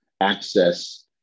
access